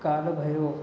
Kalbhairav